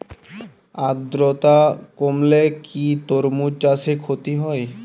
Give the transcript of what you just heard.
আদ্রর্তা কমলে কি তরমুজ চাষে ক্ষতি হয়?